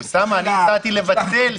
אוסאמה, הצעתי לבטל סנקציה.